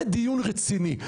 זה דיון רציני,